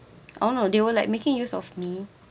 oh no they were like making use of me